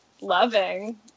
loving